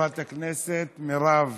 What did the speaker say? חברת הכנסת מירב